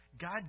God